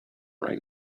right